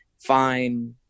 fine